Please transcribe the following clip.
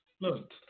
Look